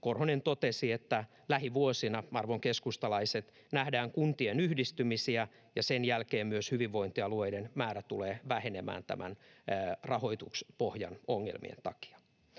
Korhonen totesi, että lähivuosina, arvon keskustalaiset, nähdään kuntien yhdistymisiä ja sen jälkeen myös hyvinvointialueiden määrä tulee vähenemään näiden rahoituspohjan ongelmien takia.